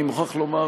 אני מוכרח לומר,